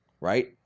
right